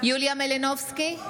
יוליה מלינובסקי,